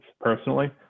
personally